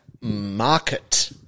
market